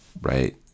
right